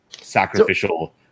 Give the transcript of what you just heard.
sacrificial